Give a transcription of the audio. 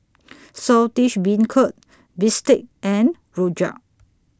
Saltish Beancurd Bistake and Rojak